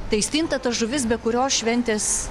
tai spinta ta žuvis be kurios šventės